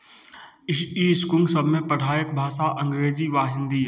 इ ई इसकुल सभमे पढ़ाइक भाषा अंग्रेजी वा हिन्दी अइ